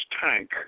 tank